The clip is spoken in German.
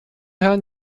herrn